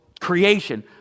creation